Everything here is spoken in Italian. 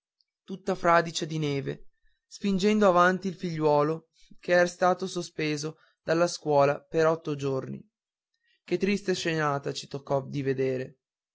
tutta fradicia di neve spingendo avanti il figliuolo che è stato sospeso dalla scuola per otto giorni che triste scena ci toccò di vedere